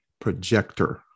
projector